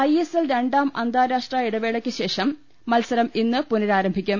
I S എല്ലിൽ രണ്ടാം അന്താരാഷ്ട്ര ഇടവേളയ്ക്കുശേഷം മത്സരം ഇന്ന് പുനരാരംഭിക്കും